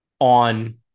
on